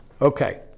Okay